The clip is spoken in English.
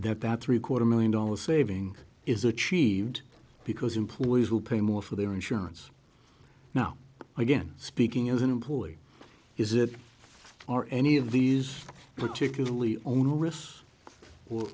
that that three quarter million dollars saving is achieved because employees will pay more for their insurance now again speaking as an employee is it or any of these particularly onerous or